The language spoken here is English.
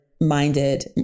minded